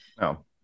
No